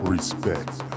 Respect